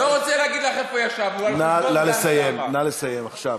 לא רוצה להגיד לך איפה ישבנו, נא לסיים עכשיו.